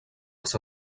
els